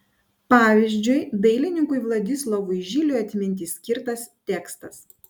pavyzdžiui dailininkui vladislovui žiliui atminti skirtas tekstas